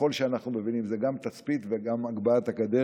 ככל שאנחנו מבינים, זה גם תצפית וגם הגבהת הגדר.